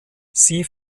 sie